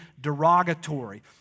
derogatory